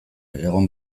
egon